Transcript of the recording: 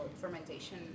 fermentation